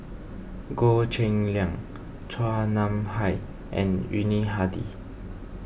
Goh Cheng Liang Chua Nam Hai and Yuni Hadi